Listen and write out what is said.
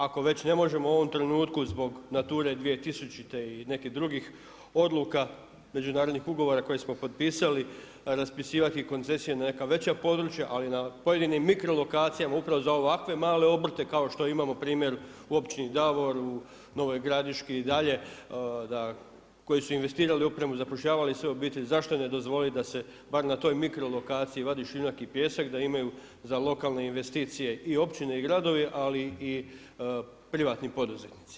Ako već ne možemo u ovom trenutku zbog Nature 2000. i nekih drugih odluka, međunarodnih ugovora koje smo potpisali raspisivati koncesije na neka veća područja ali na pojedinim mikro lokacijama upravo za ovakve male obrte kao što imamo primjer u općini Davor, u Novoj Gradiški i dalje koji su investirali u opremu, zapošljavali sve obitelji, zašto ne dozvoliti da se barem na toj mikro lokaciji vadi šiljak i pijesak, da imaju za lokalne investicije i općine i gradovi ali i privatni poduzetnici.